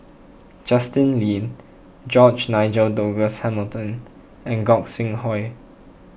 Justin Lean George Nigel Douglas Hamilton and Gog Sing Hooi